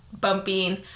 bumping